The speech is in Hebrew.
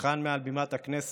כאן, מעל בימת הכנסת,